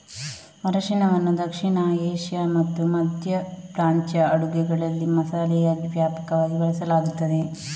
ಅರಿಶಿನವನ್ನು ದಕ್ಷಿಣ ಏಷ್ಯಾ ಮತ್ತು ಮಧ್ಯ ಪ್ರಾಚ್ಯ ಅಡುಗೆಗಳಲ್ಲಿ ಮಸಾಲೆಯಾಗಿ ವ್ಯಾಪಕವಾಗಿ ಬಳಸಲಾಗುತ್ತದೆ